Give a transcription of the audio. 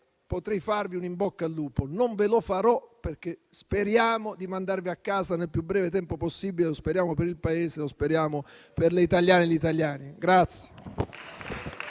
potrei farvi un in bocca al lupo; non ve lo farò perché speriamo di mandarvi a casa nel più breve tempo possibile. Lo speriamo per il Paese, lo speriamo per le italiane e gli italiani.